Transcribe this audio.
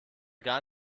gar